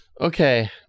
Okay